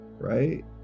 right